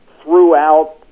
throughout